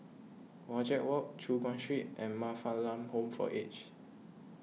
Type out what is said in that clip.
Wajek Walk Choon Guan Street and Man Fatt Lam Home for Aged